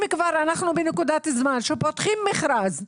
אם כבר אנחנו בנקודת זמן שפותחים מכרז,